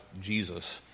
Jesus